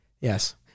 Yes